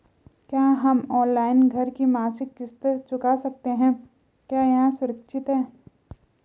क्या हम ऑनलाइन घर की मासिक किश्त चुका सकते हैं क्या यह सुरक्षित है?